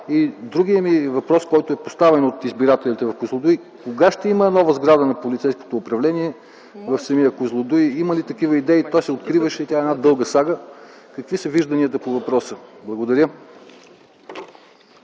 Другият ми въпрос, който е поставен от избирателите ми в Козлодуй е: кога ще има нова сграда на Полицейското управление в самия Козлодуй? Има ли такава идея? Това е една дълга сага. Какви са вижданията по въпроса? Благодаря.